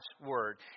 word